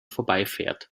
vorbeifährt